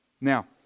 Now